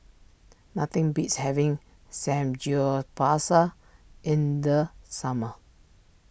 nothing beats having Samgyeopsal in the summer